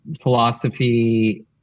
philosophy